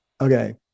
Okay